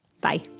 Bye